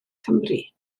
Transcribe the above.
cymru